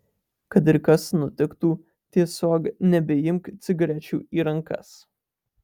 kad ir kas nutiktų tiesiog nebeimk cigarečių į rankas